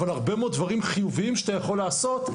אבל הרבה מאוד דברים חיוביים שאתה יכול לעשות.